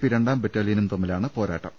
P രണ്ടാം ബറ്റാലിയനും തമ്മിലാണ് പോരാട്ടം